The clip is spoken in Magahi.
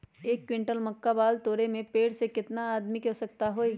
एक क्विंटल मक्का बाल तोरे में पेड़ से केतना आदमी के आवश्कता होई?